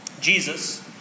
Jesus